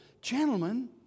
Gentlemen